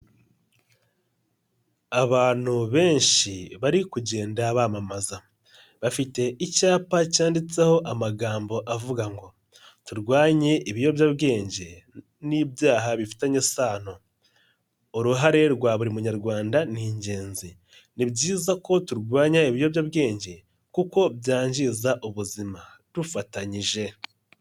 Abantu benshi bari kugenda bamamaza, bafite icyapa cyanditseho amagambo avuga ngo turwanye ibiyobyabwenge n'ibyaha bifitanye isano, uruhare rwa buri munyarwanda ni ingenzi, ni byiza ko turwanya ibiyobyabwenge kuko byangiza ubuzima dufatanyije.